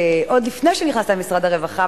עוד לפני שנכנסת למשרד הרווחה,